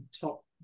top